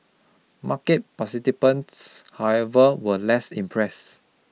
market participants however were less impressed